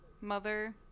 mother